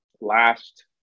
last